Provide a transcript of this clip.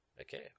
Okay